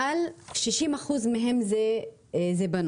מעל שישים אחוז מהם הן בנות.